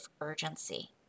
urgency